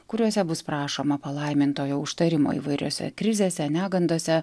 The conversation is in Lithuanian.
kuriuose bus prašoma palaimintojo užtarimo įvairiose krizėse negandose